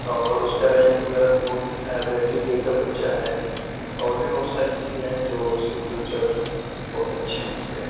اور اس کا رینک وغیرہ بھی بہت اچھا ہے بیٹری بیک اپ اچھا ہے اور بھی بہت ساری چیزیں ہیں جو اس کے فیوچر بہت اچھے ہیں اس کے